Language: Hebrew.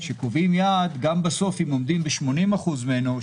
כשקובעים יעד גם בסוף אם עומדים ב-80% ממנו,